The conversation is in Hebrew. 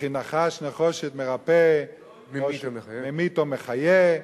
וכי נחש נחושת מרפא, ממית או מחיה?